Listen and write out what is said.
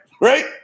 Right